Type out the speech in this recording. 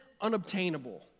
unobtainable